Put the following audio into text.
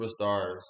superstars